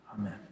Amen